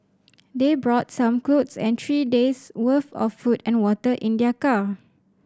they brought some clothes and three days' worth of food and water in their car